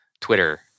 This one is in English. Twitter